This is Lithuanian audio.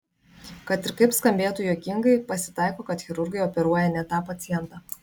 kad ir kaip skambėtų juokingai pasitaiko kad chirurgai operuoja ne tą pacientą